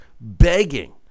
begging